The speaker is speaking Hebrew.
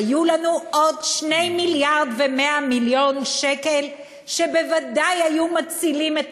היו לנו עוד 2 מיליארד ו-100 מיליון שקל שבוודאי היו מצילים את